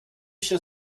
się